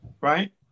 Right